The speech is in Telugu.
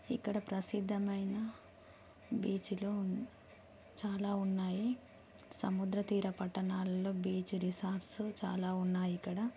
ఇక్కడ ప్రసిద్ధమైన బీచ్లు చాలా ఉన్నాయి సముద్ర తీరా పట్టణాలలో బీచ్స్ రిసార్ట్స్ చాలా ఉన్నాయి ఇక్కడ